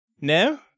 No